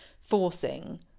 forcing